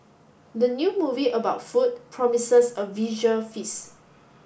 the new movie about food promises a visual feast